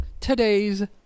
today's